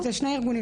לא, זה שני ארגונים